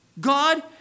God